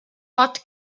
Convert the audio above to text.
what